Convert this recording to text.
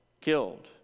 killed